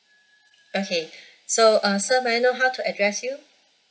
okay so uh sir may I know how to address you